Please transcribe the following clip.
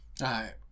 right